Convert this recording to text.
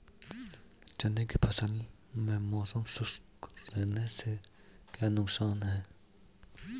चने की फसल में मौसम शुष्क रहने से क्या नुकसान है?